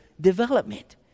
development